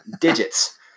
digits